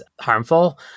harmful